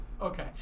Okay